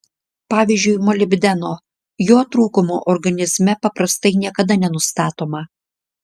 pavyzdžiui molibdeno jo trūkumo organizme paprastai niekada nenustatoma